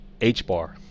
HBar